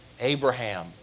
Abraham